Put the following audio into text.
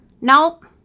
Nope